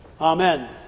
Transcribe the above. Amen